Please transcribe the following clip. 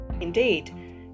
Indeed